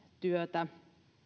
työtä